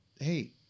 Hey